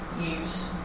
use